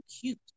cute